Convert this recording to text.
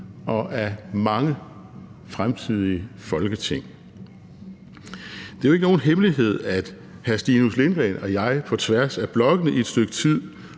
og af mange fremtidige Folketing. Det er jo ikke nogen hemmelighed, at hr. Stinus Lindgreen og jeg på tværs af blokkene i et stykke tid